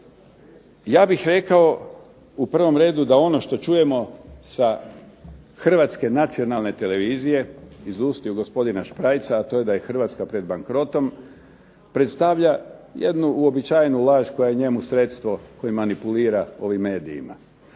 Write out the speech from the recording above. Ja bih rekao u prvom redu da ono što čujemo sa hrvatske nacionalne televizije, iz ustiju gospodina Šprajca, a to je da Hrvatska pred bankrotom, predstavlja jednu uobičajenu laž koja je njemu sredstvo koje manipulira ovim medijima,